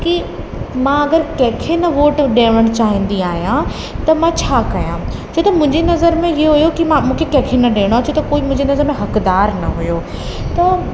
कि मां अगरि कंहिं खे न वोट ॾिअण चाहींदी आहियां त मां छा कयां छो त मुंहिंजे नज़र में इहो हुओ कि मां मूंखे कंहिं खे न ॾियणो आहे छो त कोई मुंहिंजी नज़र में हकदार न हुओ त